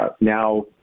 now